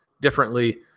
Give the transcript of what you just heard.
differently